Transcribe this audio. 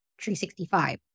365